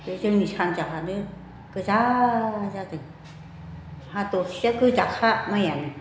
बे जोंनि सानजाहानो गोजा जादों हा दरसेया गोजाखा माइयानो